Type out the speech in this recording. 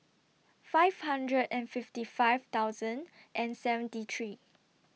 five hundred and fifty five thousand and seventy three